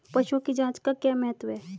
पशुओं की जांच का क्या महत्व है?